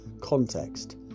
context